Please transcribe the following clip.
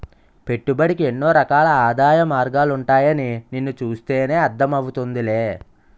పెట్టుబడికి ఎన్నో రకాల ఆదాయ మార్గాలుంటాయని నిన్ను చూస్తేనే అర్థం అవుతోందిలే